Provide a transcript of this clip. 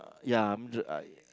ya I'm dr~ I